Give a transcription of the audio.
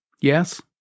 Yes